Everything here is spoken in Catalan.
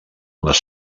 les